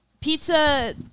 pizza